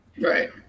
right